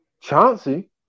Chauncey